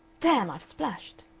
damn! i've splashed.